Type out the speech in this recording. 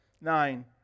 Nine